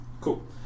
Cool